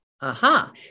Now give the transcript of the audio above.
Aha